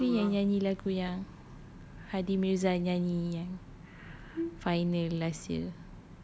ernie zakri yang nyanyi lagu yang hady mirza nyanyi yang final last year